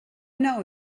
know